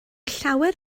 llawer